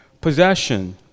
possession